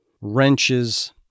wrenches